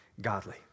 godly